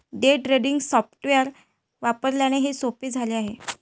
day trading software वापरल्याने हे सोपे झाले आहे